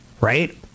Right